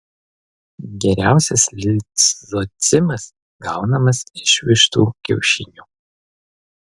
geriausias lizocimas gaunamas iš vištų kiaušinių